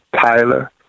Tyler